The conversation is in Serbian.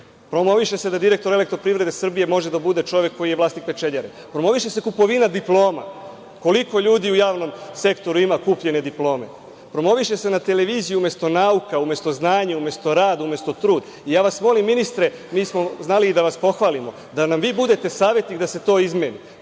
Promoviše se da direktor EPS može da bude čovek koji je vlasnik pečenjare. Promoviše se kupovina diploma. Koliko ljudi u javnom sektoru ima kupljene diplome? Promoviše se na televiziji umesto nauka, umesto znanje, umesto rad, umesto trud. Molim vas, ministre, mi smo znali i da vas pohvalimo, da nam vi budete saradnik da se to izmeni.